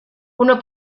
uno